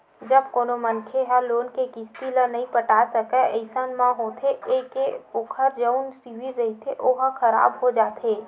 जब कोनो मनखे ह लोन के किस्ती ल नइ पटा सकय अइसन म होथे ये के ओखर जउन सिविल रिहिथे ओहा खराब हो जाथे